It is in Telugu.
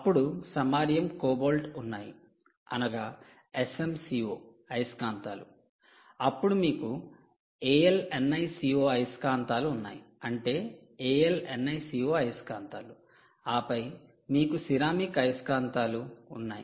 అప్పుడు సమారియం కోబాల్ట్ ఉన్నాయి అనగా Sm Co అయస్కాంతాలు అప్పుడు మీకు Al Ni Co అయస్కాంతాలు ఉన్నాయి అంటే Al Ni Co అయస్కాంతాలు ఆపై మీకు సిరామిక్ అయస్కాంతాలు ఉన్నాయి